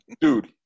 Dude